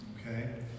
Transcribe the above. Okay